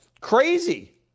crazy